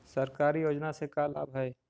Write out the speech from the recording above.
सरकारी योजना से का लाभ है?